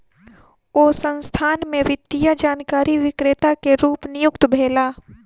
ओ संस्थान में वित्तीय जानकारी विक्रेता के रूप नियुक्त भेला